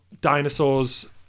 dinosaurs